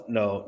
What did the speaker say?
no